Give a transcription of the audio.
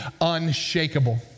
unshakable